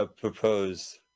proposed